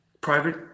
private